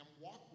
walk